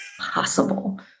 possible